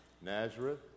Nazareth